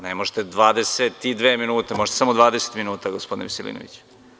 Ne možete 22 minuta, možete samo 20 minuta, gospodine Veselinoviću.